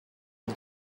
but